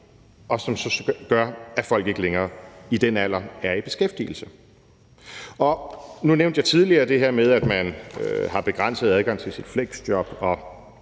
som så gør, at folk ikke længere i den alder er i beskæftigelse? Nu nævnte jeg tidligere det her med, at man har begrænset adgang til sit fleksjob